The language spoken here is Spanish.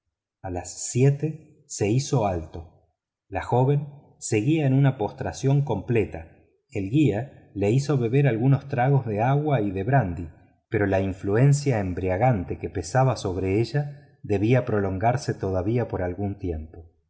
a las siete se hizo alto la joven seguía en una postración completa el guía le hizo beber algunos tragos de agua y de brandy pero la influencia embriagante que pesaba sobre ella debía prolongarse todavía por algún tiempo